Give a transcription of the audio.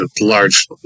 large